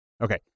Okay